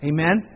Amen